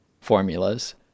formulas